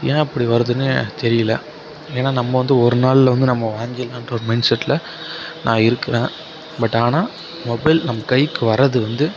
ஏன் அப்படி வருதுன்னு தெரியலை ஏன்னா நம்ம ஒரு நாளில் வந்து நம்ம வாங்கிடலான்ற ஒரு மைண்ட் செட்டில் நான் இருக்கிறேன் பட் ஆனால் மொபைல் நம்ம கைக்கு வரது வந்து